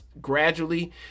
gradually